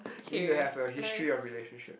you need to have a history of relationship